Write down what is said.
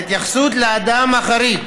ההתייחסות לאדם החריג